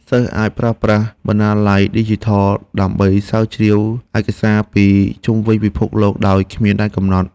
សិស្សអាចប្រើប្រាស់បណ្ណាល័យឌីជីថលដើម្បីស្រាវជ្រាវឯកសារពីជុំវិញពិភពលោកដោយគ្មានដែនកំណត់។